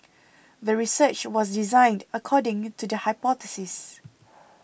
the research was designed accordingly to the hypothesis